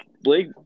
Blake